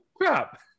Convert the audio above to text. crap